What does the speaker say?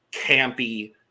campy